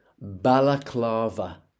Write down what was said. Balaclava